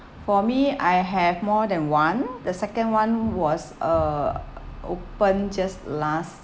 for me I have more than one the second one was uh open just last